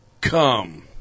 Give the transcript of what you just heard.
Come